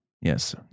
yes